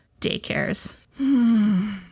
daycares